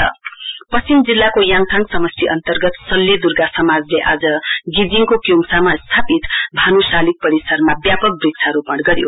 plantation पश्चिम जिल्लाको याङथाङ समष्टि अन्तर्गत सल्ले दुर्गा समाजले आज गेजिघको क्योङसामा स्थापित भानि सालिग परिसरमा व्यापक वृक्षारोपण गर्यो